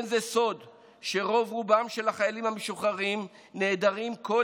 אין זה סוד שרוב רובם של החיילים המשוחררים נעדרים כל